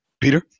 Peter